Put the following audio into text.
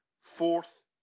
fourth